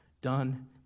done